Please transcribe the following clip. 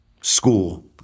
school